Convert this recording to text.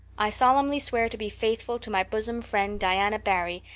i solemnly swear to be faithful to my bosom friend, diana barry,